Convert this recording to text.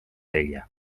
teie